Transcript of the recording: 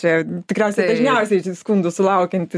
čia tikriausiai dažniausiai skundų sulaukianti